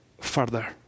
further